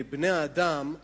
בני-האדם,